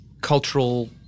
cultural